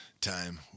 time